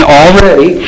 already